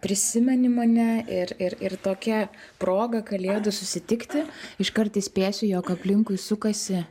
prisimeni mane ir ir ir tokia proga kalėdų susitikti iškart įspėsiu jog aplinkui sukasi